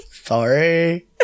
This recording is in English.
sorry